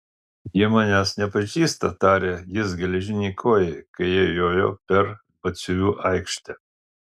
jie manęs nepažįsta tarė jis geležinei kojai kai jie jojo per batsiuvių aikštę